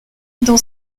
dans